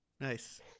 Nice